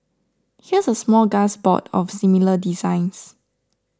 here's a smorgasbord of similar designs